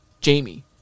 Jamie